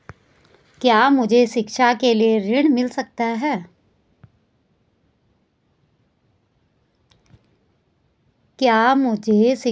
क्या मुझे शिक्षा के लिए ऋण मिल सकता है?